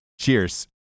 cheers